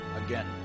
Again